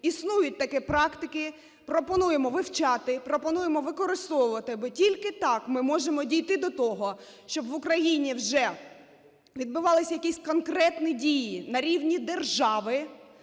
Існують такі практики. Пропонуємо вивчати, пропонуємо використовувати, бо тільки так ми можемо дійти до того, щоб в Україні вже відбувалися якісь конкретні дії на рівні держави,